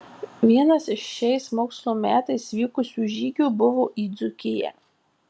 vienas iš šiais mokslo metais vykusių žygių buvo į dzūkiją